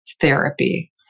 therapy